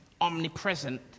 omnipresent